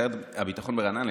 סיירת הביטחון ברעננה,